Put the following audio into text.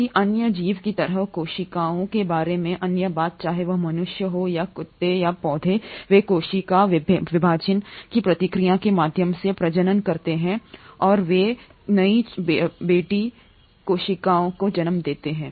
किसी अन्य जीव की तरह कोशिकाओं के बारे में अन्य बात चाहे वह मनुष्य हो या कुत्ते या पौधे वे कोशिका विभाजन की प्रक्रिया के माध्यम से प्रजनन करते हैं और वे नई बेटी कोशिकाओं को जन्म देते हैं